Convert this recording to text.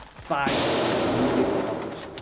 five mediocre offers.